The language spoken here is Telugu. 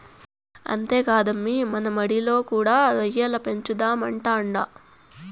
అంతేకాదమ్మీ మన మడిలో కూడా రొయ్యల పెంచుదామంటాండా